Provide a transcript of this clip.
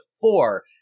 four